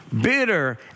bitter